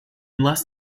less